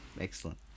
Excellent